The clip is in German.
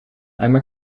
einmal